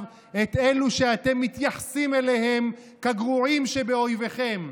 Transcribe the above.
את אלה שאתם מתייחסים אליהם כגרועים שבאויביכם,